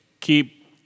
keep